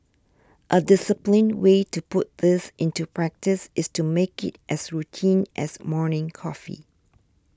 a disciplined way to put this into practice is to make it as routine as morning coffee